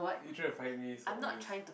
you trying to fight me so obvious